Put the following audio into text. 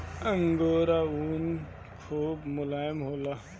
angora ऊन खूब मोलायम होला